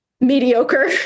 mediocre